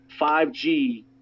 5G